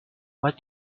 what